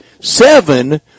seven